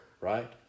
right